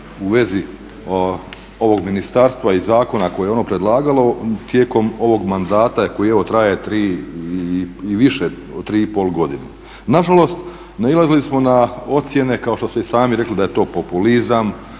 u vezi ovog ministarstva i zakona koje je ono predlagalo tijekom ovog mandata koji evo traje 3 i više od 3,5 godine. Nažalost, nailazili smo na ocjene kao što ste i sami rekli da je to populizam,